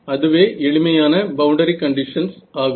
அதுவே எளிமையான boundary conditions ஆகும்